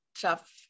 tough